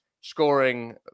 scoring